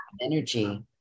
energy